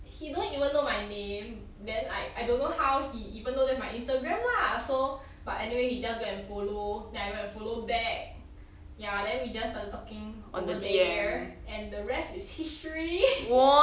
he don't even know my name then I I don't know how he even know that's my instagram lah so but anyway he just go and follow then I go and follow back ya then we just started talking over there and the rest is history